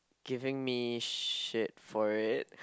giving me shit for it